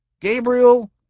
Gabriel